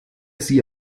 sie